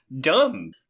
Dumb